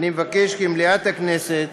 אני מבקש כי מליאת הכנסת